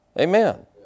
Amen